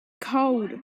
cold